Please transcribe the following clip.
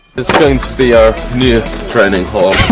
is going to be our new training hall